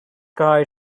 guy